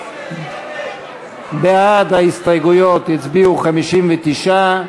בעד ההסתייגויות הצביעו 59,